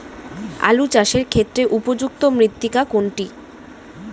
আলু চাষের ক্ষেত্রে উপযুক্ত মৃত্তিকা কোনটি?